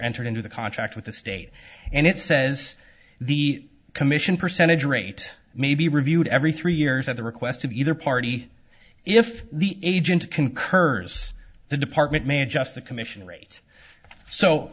entered into the contract with the state and it says the commission percentage rate may be reviewed every three years at the request of either party if the agent concurs the department may adjust the commission rate so